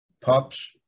pups